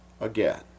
again